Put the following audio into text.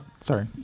Sorry